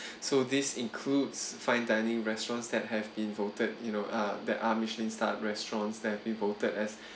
so this includes fine dining restaurants that have been voted you know uh that um are Michelin starred restaurants that we voted as